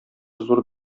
зур